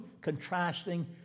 contrasting